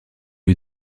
lui